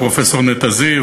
פרופסור נטע זיו,